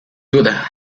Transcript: duda